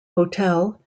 hotel